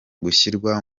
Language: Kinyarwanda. gushyirwa